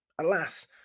Alas